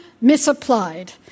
misapplied